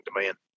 demand